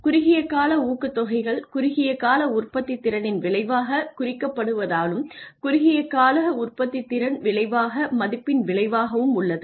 குறுகிய கால ஊக்கத்தொகைகள் குறுகிய கால உற்பத்தித் திறனின் விளைவாகக் குறிக்கப்படுவதாலும் குறுகிய கால உற்பத்தித்திறன் விளைவாக மதிப்பின் விளைவாகவும் உள்ளது